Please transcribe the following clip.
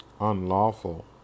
Unlawful